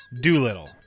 Doolittle